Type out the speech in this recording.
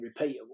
repeat